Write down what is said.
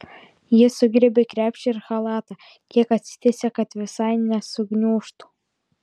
ji sugriebia krepšį ir chalatą kiek atsitiesia kad visai nesugniužtų